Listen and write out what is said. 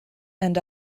and